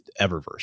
Eververse